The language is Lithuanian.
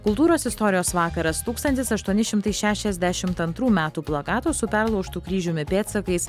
kultūros istorijos vakaras tūkstantis aštuoni šimtai šešiasdešimt antrų metų plakato su perlaužtu kryžiumi pėdsakais